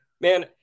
man